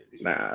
Nah